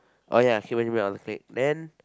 oh ya kicked Benjamin out of the clique then